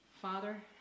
Father